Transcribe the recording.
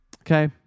Okay